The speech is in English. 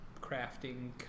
crafting